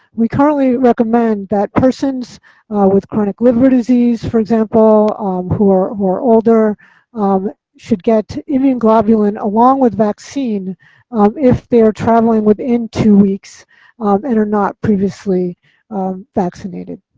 we currently recommend that persons with chronic liver disease, for example who are, who are older um should get immunoglobulin along with vaccine um if they are traveling within two weeks and are not previously vaccinated.